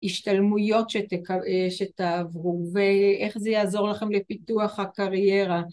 השתלמויות שתעברו ואיך זה יעזור לכם לפיתוח הקריירה